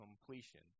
completion